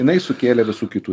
jinai sukėlė visų kitų